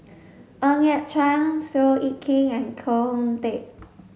Ng Yat Chuan Seow Yit Kin and Koh Hoon Teck